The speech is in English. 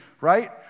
right